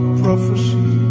prophecy